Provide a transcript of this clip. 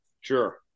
Sure